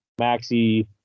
Maxi